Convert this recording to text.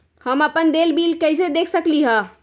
हम अपन देल बिल कैसे देख सकली ह?